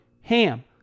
HAM